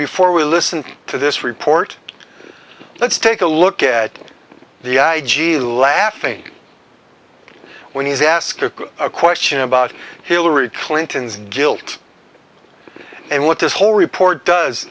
before we listen to this report let's take a look at the i g laughing when he's asked a question about hillary clinton's guilt and what this whole report does